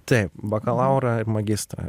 taip bakalaurą ir magistrą